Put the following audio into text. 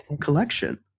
collection